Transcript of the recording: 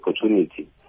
opportunity